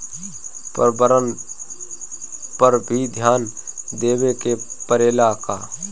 परिवारन पर भी ध्यान देवे के परेला का?